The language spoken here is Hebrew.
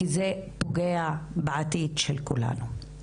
כי זה פוגע בעתיד של כולנו.